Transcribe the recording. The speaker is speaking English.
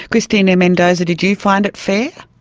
christina mendoza, did you find it fair?